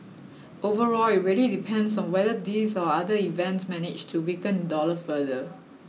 overall it really depends on whether these or other events manage to weaken the dollar further